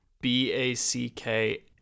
B-A-C-K